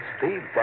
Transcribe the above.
Steve